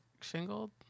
shingled